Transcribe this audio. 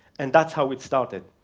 and that's how it started.